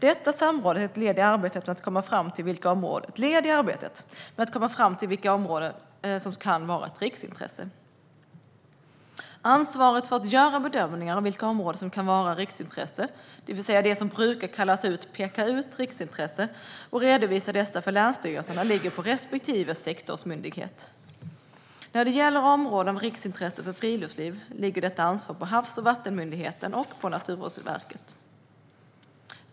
Detta samråd är ett led i arbetet med att komma fram till vilka områden som kan vara av riksintresse. Ansvaret för att göra bedömningar av vilka områden som kan vara av riksintresse, det vill säga det som brukar kallas att peka ut riksintresseområden, och att redovisa dessa för länsstyrelserna ligger på respektive sektorsmyndighet. När det gäller områden av riksintresse för friluftslivet ligger detta ansvar på Havs och vattenmyndigheten och Naturvårdsverket.